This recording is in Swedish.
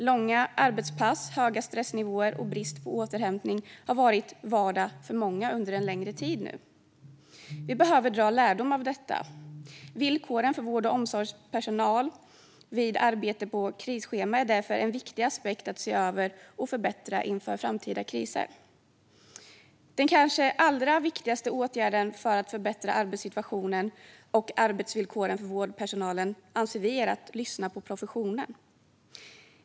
Långa arbetspass, höga stressnivåer och brist på återhämtning har varit vardag för många under en längre tid nu. Vi behöver dra lärdom av detta. Villkoren för vård och omsorgspersonal vid arbete på krisschema är därför en viktig aspekt att se över och förbättra inför framtida kriser. Den allra viktigaste åtgärden för att förbättra arbetssituationen och arbetsvillkoren för vårdpersonalen anser vi är att lyssna på professionen.